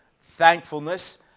thankfulness